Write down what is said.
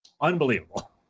unbelievable